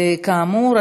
כאמור,